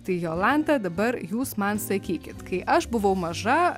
tai jolanta dabar jūs man sakykit kai aš buvau maža